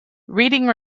reading